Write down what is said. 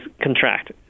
contract